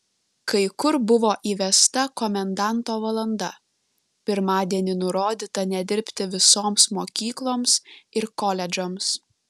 kai kur buvo įvesta komendanto valanda pirmadienį nurodyta nedirbti visoms mokykloms ir koledžams